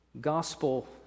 gospel